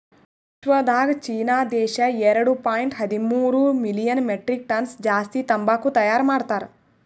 ವಿಶ್ವದಾಗ್ ಚೀನಾ ದೇಶ ಎರಡು ಪಾಯಿಂಟ್ ಹದಿಮೂರು ಮಿಲಿಯನ್ ಮೆಟ್ರಿಕ್ ಟನ್ಸ್ ಜಾಸ್ತಿ ತಂಬಾಕು ತೈಯಾರ್ ಮಾಡ್ತಾರ್